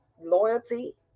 loyalty